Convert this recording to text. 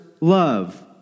love